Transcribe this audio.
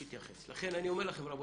לכם, רבותיי,